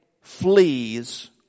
flees